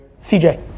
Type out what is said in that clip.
CJ